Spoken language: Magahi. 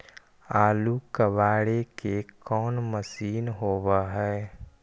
आलू कबाड़े के कोन मशिन होब है?